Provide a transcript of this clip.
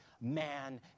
man